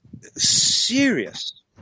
serious